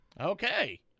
Okay